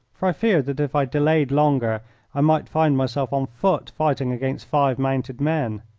for i feared that if i delayed longer i might find myself on foot fighting against five mounted men.